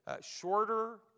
shorter